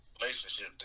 relationship